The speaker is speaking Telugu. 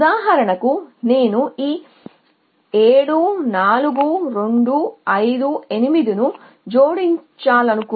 కాబట్టి ఉదాహరణకు నేను ఈ 7 4 2 5 8 ను జోడించగలను